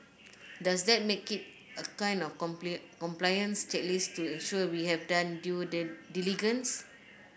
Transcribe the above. does that make it a kind of compliance checklist to ensure we have done due diligence